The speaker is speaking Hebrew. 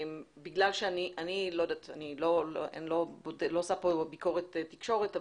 אני לא עושה כאן ביקורת תקשורת,